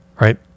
right